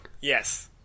yes